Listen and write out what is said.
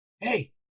hey